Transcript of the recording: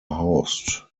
housed